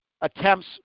attempts